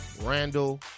Randall